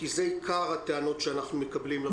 כי זה עיקר הטענות שאנחנו מקבלים בוועדה.